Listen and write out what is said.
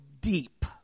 deep